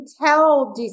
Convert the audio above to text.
tell